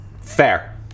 Fair